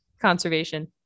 conservation